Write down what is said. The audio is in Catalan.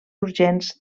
urgents